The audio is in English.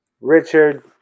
Richard